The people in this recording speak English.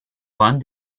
one